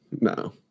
No